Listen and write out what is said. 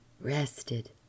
rested